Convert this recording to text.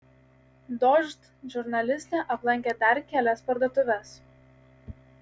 dožd žurnalistė aplankė dar kelias parduotuves